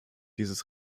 dieses